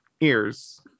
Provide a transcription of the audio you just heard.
ears